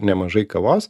nemažai kavos